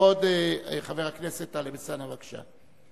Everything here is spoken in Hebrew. כבוד חבר הכנסת טלב אלסאנע, בבקשה.